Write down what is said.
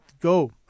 go